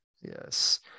yes